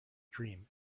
dream